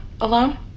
alone